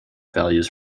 values